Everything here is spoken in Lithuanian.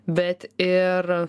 bet ir